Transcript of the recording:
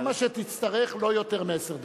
כמה שתצטרך, לא יותר מעשר דקות.